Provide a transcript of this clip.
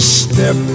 step